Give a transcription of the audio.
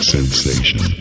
Sensation